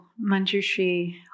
Manjushri